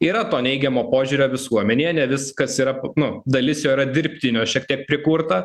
yra to neigiamo požiūrio visuomenėje ne viskas yra nu dalis jo yra dirbtinio šiek tiek prikurta